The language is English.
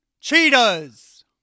Cheetahs